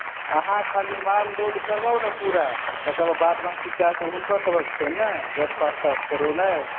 अहाँ खाली माल लोड करवाउ ने पूरा तकर बाद बाँकी काज तऽ हुनकरसभक छियैन ने गेट पास तास करौनाइ